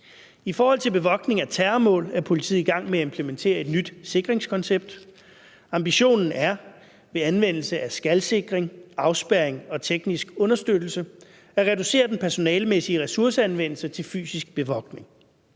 I forhold til bevogtning af terrormål, er politiet i gang med at implementere et nyt sikringskoncept. Ambitionen er ved anvendelse af skalsikring, afspærring og teknisk understøttelse at reducere den personalemæssige ressourceanvendelse til fysisk bevogtning.